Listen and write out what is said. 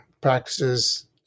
practices